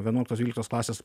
vienuoliktos dvyliktos klasės